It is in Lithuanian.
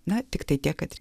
na tiktai tiek kad